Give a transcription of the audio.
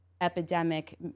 epidemic